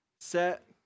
set